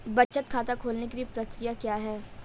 बचत खाता खोलने की प्रक्रिया क्या है?